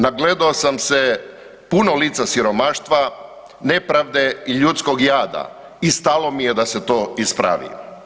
Nagledao sam se puno lica siromaštva, nepravde i ljudskog jada i stalo mi je da se to ispravi.